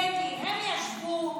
קטי, הם ישבו.